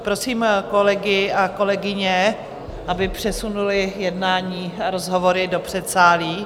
Prosím kolegy a kolegyně, aby přesunuli jednání a rozhovory do předsálí.